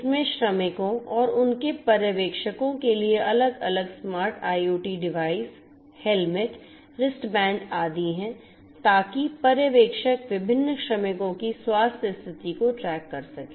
इसमें श्रमिकों और उनके पर्यवेक्षकों के लिए अलग अलग smart IoT device helmet wristband आदि हैं ताकि पर्यवेक्षक विभिन्न श्रमिकों की स्वास्थ्य स्थिति को ट्रैक कर सकें